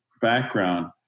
background